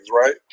right